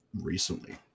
recently